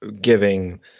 giving